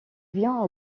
vient